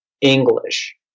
English